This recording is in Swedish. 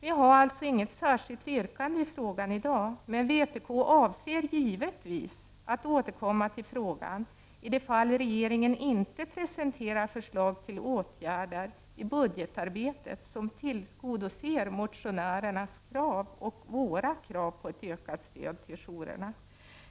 Vi har alltså inget särskilt yrkande i frågan i dag, men vpk avser givetvis att återkomma till frågan i de fall regeringen i budgetarbetet inte presenterar förslag till åtgärder som tillgodoser våra krav på ett ökat stöd till jourerna.